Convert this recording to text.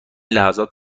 لحظات